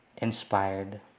inspired